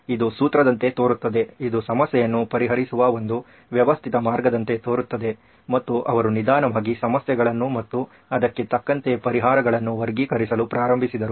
ಇದು ಸೂತ್ರದಂತೆ ತೋರುತ್ತದೆ ಇದು ಸಮಸ್ಯೆಯನ್ನು ಪರಿಹರಿಸುವ ಒಂದು ವ್ಯವಸ್ಥಿತ ಮಾರ್ಗದಂತೆ ತೋರುತ್ತದೆ ಮತ್ತು ಅವರು ನಿಧಾನವಾಗಿ ಸಮಸ್ಯೆಗಳನ್ನು ಮತ್ತು ಅದಕ್ಕೆ ತಕ್ಕಂತೆ ಪರಿಹಾರಗಳನ್ನು ವರ್ಗೀಕರಿಸಲು ಪ್ರಾರಂಭಿಸಿದರು